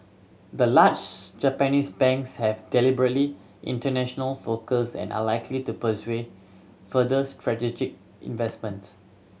the large Japanese banks have deliberately international focus and are likely to further strategic investment